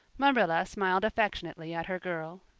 marilla smiled affectionately at her girl.